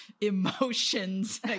emotions